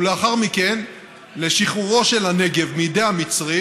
ולאחר מכן לשחרורו של הנגב מידי המצרים